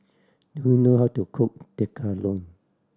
do you know how to cook Tekkadon